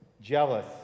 jealous